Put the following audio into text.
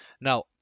Now